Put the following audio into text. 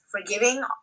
forgiving